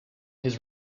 his